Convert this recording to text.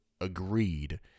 agreed